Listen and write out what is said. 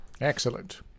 Excellent